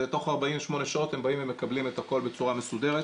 ותוך 48 שעות הם מקבלים את הכול בצורה מסודרת.